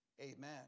Amen